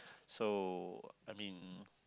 so I mean